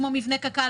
כמו מבנה קק"ל.